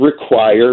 require